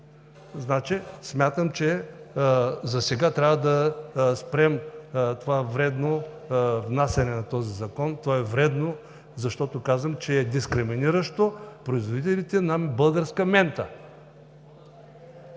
Никой. Смятам, че засега трябва да спрем това вредно внасяне на този закон. То е вредно, защото, казвам, че е дискриминиращо за производителите на българска мента.